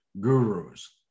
gurus